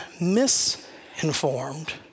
misinformed